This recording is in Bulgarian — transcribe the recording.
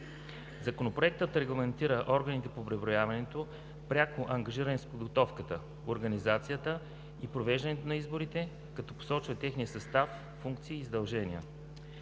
Законопроектът регламентира органите по преброяването, пряко ангажирани с подготовката, организацията и провеждането на изборите, като посочва техния състав, функции и задължения.